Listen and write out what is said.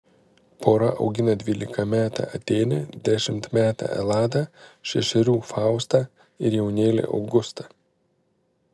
pora augina dvylikametę atėnę dešimtmetę eladą šešerių faustą ir jaunėlį augustą